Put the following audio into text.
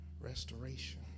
restoration